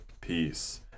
peace